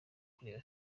kureba